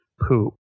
poop